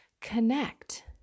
connect